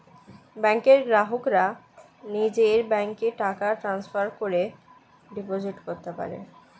ব্যাংকের গ্রাহকরা নিজের ব্যাংকে টাকা ট্রান্সফার করে ডিপোজিট করতে পারে